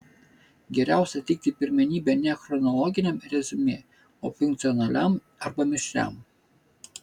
geriausia teikti pirmenybę ne chronologiniam reziumė o funkcionaliam arba mišriam